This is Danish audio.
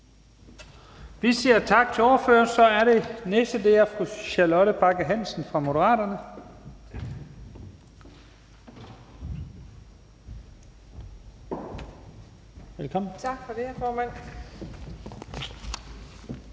Vi siger tak til ordføreren. Den næste er fru Charlotte Bagge Hansen fra Moderaterne. Velkommen. Kl. 20:27 (Ordfører)